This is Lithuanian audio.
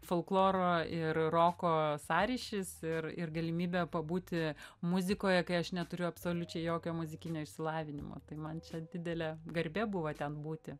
folkloro ir roko sąryšis ir ir galimybė pabūti muzikoje kai aš neturiu absoliučiai jokio muzikinio išsilavinimo tai man čia didelė garbė buvo ten būti